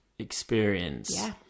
experience